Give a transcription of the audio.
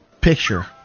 picture